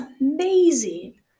amazing